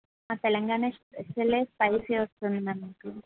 మా Telangana special spicy వస్తుంది ma'am మీకు